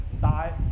die